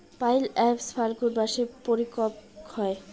pineapple ফাল্গুন মাসে পরিপক্ব হয়